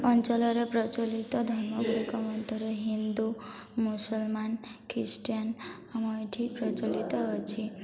ଅଞ୍ଚଳରେ ପ୍ରଚଳିତ ଧର୍ମ ଗୁଡ଼ିକ ମଧ୍ୟର ହିନ୍ଦୁ ମୁସଲମାନ ଖ୍ରୀଷ୍ଟିଆନ ଆମ ଏଇଠି ପ୍ରଚଳିତ ଅଛି